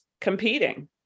competing